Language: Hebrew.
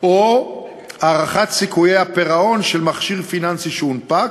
או הערכת סיכויי הפירעון של מכשיר פיננסי שהונפק,